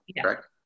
correct